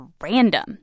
random